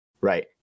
right